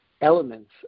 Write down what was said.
elements